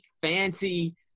fancy